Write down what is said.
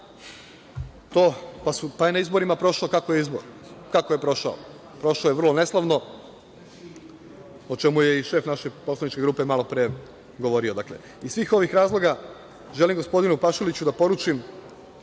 pa je na izborima prošao kako je prošao. Prošao je vrlo neslavno, o čemu je i šef naše poslaničke grupe malo pre govorio. Iz svih ovih razloga, želim gospodinu Pašaliću da poručim